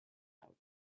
out